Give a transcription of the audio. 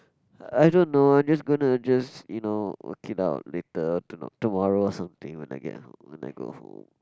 I don't know I'm just gonna to just you know work it out later t~ tomorrow or something when I get home when I go home